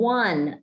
one